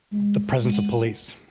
the presence of police.